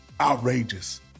outrageous